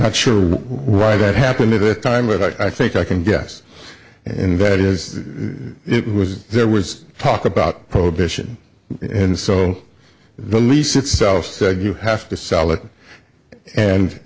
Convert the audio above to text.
not sure why that happened at the time but i think i can guess and that is it was there was talk about prohibition and so the lease itself said you have to sell it and